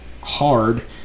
hard